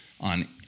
on